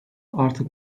artık